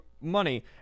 money